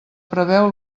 preveu